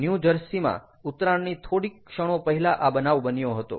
New Jersey માં ઉતરાણની થોડીક ક્ષણો પહેલા આ બનાવ બન્યો હતો